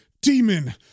demon